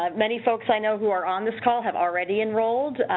um many folks i know who are on this call have already enrolled.